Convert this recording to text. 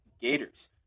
Gators